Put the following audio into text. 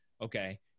okay